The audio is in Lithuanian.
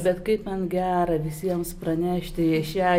bet kaip man gera visiems pranešti šią